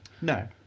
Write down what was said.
No